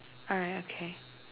alright okay